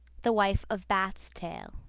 the wife of bath's tale